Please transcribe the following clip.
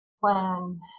plan